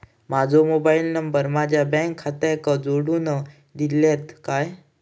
माजो mobile number माझ्या bank खात्याक जोडून दितल्यात काय?